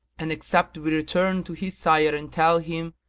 and except we return to his sire and tell him,